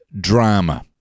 drama